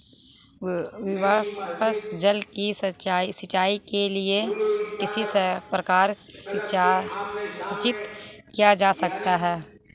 वर्षा जल को सिंचाई के लिए किस प्रकार संचित किया जा सकता है?